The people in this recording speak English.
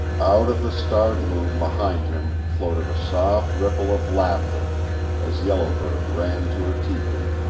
out of the star-gloom behind him floated a soft ripple of laughter as yellow bird ran to her tepee